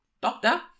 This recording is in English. Doctor